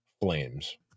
Flames